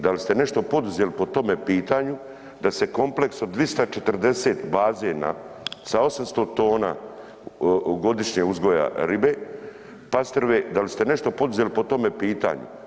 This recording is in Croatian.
Da li ste nešto poduzeli po tome pitanju da se kompleks od 240 bazena sa 800 tona godišnjeg uzgoja ribe, pastrve, da li ste nešto poduzeli po tome pitanju?